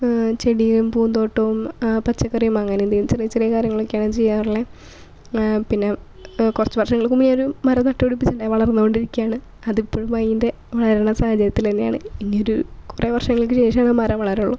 ചെടിയും പൂന്തോട്ടവും ആ പച്ചക്കറിയുമങ്ങനെ ചെയ്യും ചെറിയ ചെറിയ കാര്യങ്ങളൊക്കെയാണ് ഞാൻ ചെയ്യാറുള്ളത് പിന്നെ കൊറച്ച് വർഷങ്ങൾക്ക് മുമ്പ് ഞാനും മരം നട്ടു പിടിപ്പിച്ചുണ്ടായി വളർന്നോണ്ടിക്കയാണ് അതിപ്പഴും അതിൻ്റെ വളരണ സാഹചര്യത്തിലെന്നെയാണ് ഇനിയൊരു കുറെ വർഷങ്ങൾക്ക് ശേഷാണ് ആ മരം വളരുക ഉള്ളു